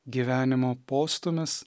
gyvenimo postūmis